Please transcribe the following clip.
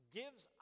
gives